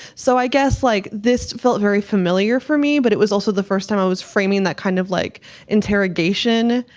so i guess like, this felt very familiar for me, but it was also the first time i was framing that kind of like interrogation,